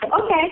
Okay